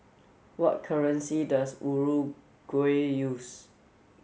what currency does Uruguay use